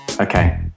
okay